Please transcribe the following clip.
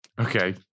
Okay